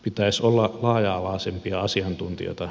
pitäisi olla laaja alaisempia asiantuntijoita